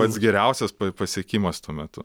pats geriausias pasiekimas tuo metu